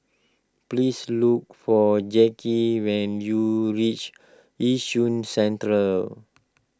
please look for Jacky when you reach Yishun Central